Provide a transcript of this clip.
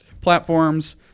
platforms